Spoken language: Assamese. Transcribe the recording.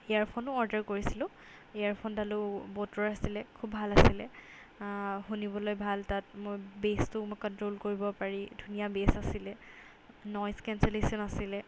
ইয়াৰফোনো অৰ্ডাৰ কৰিছিলোঁ ইয়াৰফোনডালো বোটৰ আছিলে খুব ভাল আছিলে শুনিবলৈ ভাল তাত মই বেছটোও মই কণ্ট্ৰ'ল কৰিব পাৰি ধুনীয়া বেছ আছিলে নইজ কেঞ্চেলেশ্যন আছিলে